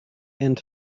and